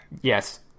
Yes